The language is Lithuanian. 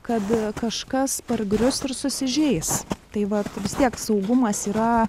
kad kažkas pargrius ir susižeis tai vat vis tiek saugumas yra